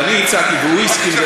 או אני הצעתי והוא הסכים,